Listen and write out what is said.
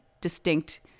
distinct